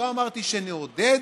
לא אמרתי שנעודד,